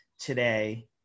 today